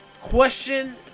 question